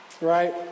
Right